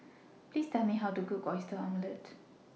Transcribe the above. Please Tell Me How to Cook Oyster Omelette